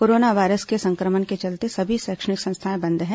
corona virus के संक्रमण के चलते सभी शैक्षणिक संस्थाएं बंद हैं